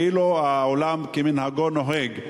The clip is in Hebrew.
שהעולם כמנהגו נוהג.